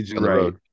right